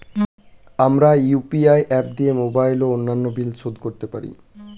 আমরা UPI app দিয়ে mobile ও অন্যান্য বিল শোধ করতে পারি